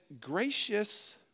gracious